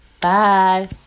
Bye